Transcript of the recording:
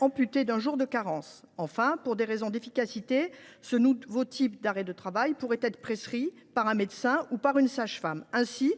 amputés d’un jour de carence. Enfin, pour des raisons d’efficacité, ce nouveau type d’arrêt de travail pourrait être prescrit par un médecin ou par une sage femme. Ainsi,